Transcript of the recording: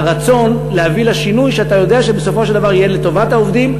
על הרצון להביא לשינוי שאתה יודע שבסופו של דבר יהיה לטובת העובדים,